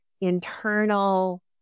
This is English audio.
internal